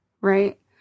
Right